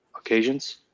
occasions